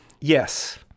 Yes